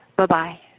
Bye-bye